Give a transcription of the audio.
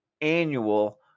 annual